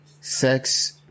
sex